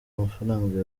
amafaranga